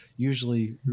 Usually